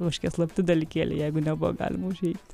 kažkokie slapti dalykėliai jeigu nebuvo galima užeiti